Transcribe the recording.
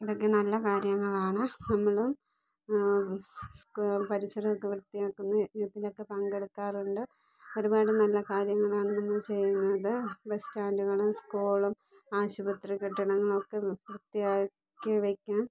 ഇതൊക്കെ നല്ല കാര്യങ്ങളാണ് നമ്മൾ സ്കൂൾ പരിസരം ഒക്കെ വൃത്തിയാക്കുന്ന യജ്ഞം ത്തിലോക്കെ പങ്കെടുക്കാറുണ്ട് ഒരുപാട് നല്ല കാര്യങ്ങളാണ് നമ്മൾ ചെയ്യുന്നത് ബസ് സ്റ്റാൻഡുകളും സ്കൂളും ആശുപത്രി കെട്ടിടങ്ങളൊക്കെ വൃത്തിയാക്കി വയ്ക്കാൻ